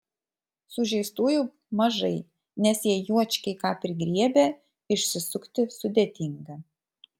sužeistųjų mažai nes jei juočkiai ką prigriebia išsisukti sudėtinga